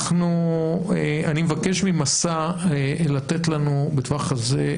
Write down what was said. אני מבקש מ'מסע' לתת לנו בטווח הזה,